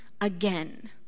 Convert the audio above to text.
again